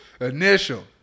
Initial